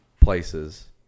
places